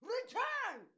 Return